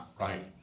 right